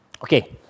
Okay